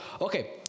okay